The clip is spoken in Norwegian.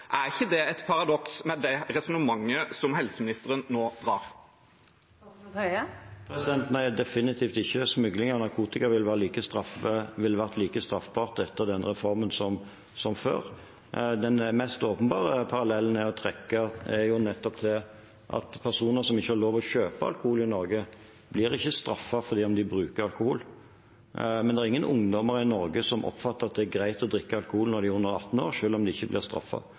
Er ikke det et paradoks med det resonnementet som helseministeren nå drar? Nei, definitivt ikke. Smugling av narkotika vil være like straffbart etter denne reformen som før. Den mest åpenbare parallellen å trekke er nettopp det at personer som ikke har lov til å kjøpe alkohol i Norge, ikke blir straffet om de bruker alkohol. Men det er ingen ungdommer i Norge som oppfatter at det er greit å drikke alkohol når de er under 18 år, selv om de ikke